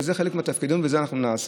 וזה חלק מתפקידינו, ואת זה אנחנו נעשה.